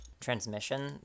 transmission